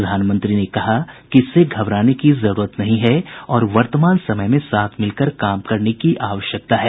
प्रधानमंत्री ने कहा कि इससे घबराने का जरूरत नहीं है और वर्तमान समय में साथ मिलकर काम करने की आवश्यकता है